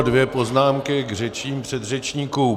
Dvě poznámky k řečem předřečníků.